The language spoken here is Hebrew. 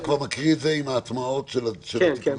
וזה בסדר,